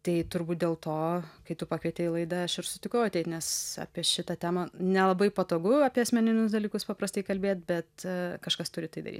tai turbūt dėl to kai tu pakvietei į laidą aš ir sutikau ateit nes apie šitą temą nelabai patogu apie asmeninius dalykus paprastai kalbėt bet kažkas turi tai daryt